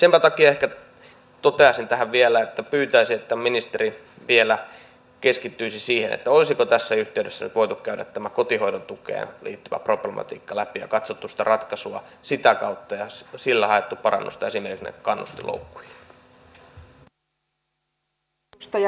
senpä takia pyytäisin vielä että ministeri vielä keskittyisi siihen olisiko tässä yhteydessä voitu käydä tämä kotihoidon tukeen liittyvä problematiikka läpi ja katsoa ratkaisua sitä kautta ja sillä hakea parannusta esimerkiksi näihin kannustinloukkuihin